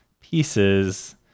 pieces